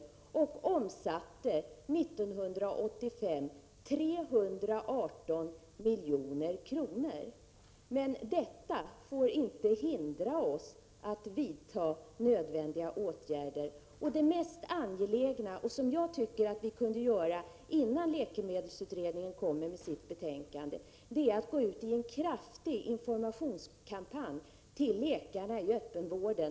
På det området omsattes 318 milj.kr. år 1985. Men detta får inte hindra oss från att vidta nödvändiga åtgärder. Det mest angelägna — och det tycker jag att vi kan göra innan läkemedelsutredningen lägger fram sitt betänkande — är att gå ut i en kraftfull informationskampanj bland läkarna i öppenvården.